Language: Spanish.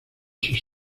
sus